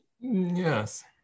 Yes